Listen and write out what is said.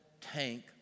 tank